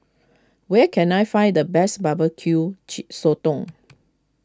where can I find the best Barbecue Chee sotong